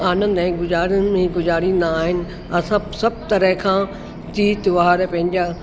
आनंद ऐं गुजारनि में गुजारींदा आहिनि असां सभु तरह खां तीज त्योहार पंहिंजा